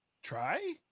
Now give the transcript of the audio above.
Try